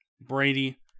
Brady